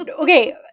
Okay